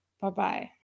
Bye-bye